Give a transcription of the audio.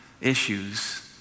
issues